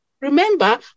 Remember